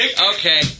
Okay